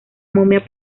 momia